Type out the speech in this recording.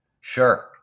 sure